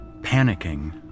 panicking